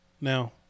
now